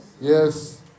Yes